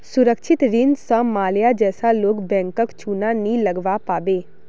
सुरक्षित ऋण स माल्या जैसा लोग बैंकक चुना नी लगव्वा पाबे